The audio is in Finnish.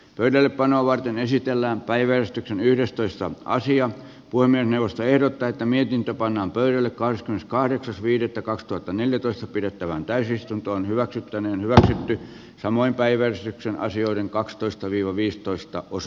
pöydällepanoa varten esitellään päiväystyksen yhdestoista asia voi mennä vastaehdokkaita mihin pannaan pöydälle kahdeskymmeneskahdeksas viidettä kaksituhattaneljätoista pidettävään täysistuntoon hyväksi niin väsynyt samoin päivä sitten asioiden kakstoista viiva viisitoista os